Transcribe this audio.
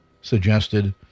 suggested